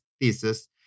thesis